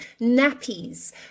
nappies